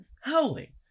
howling